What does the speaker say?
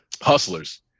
Hustlers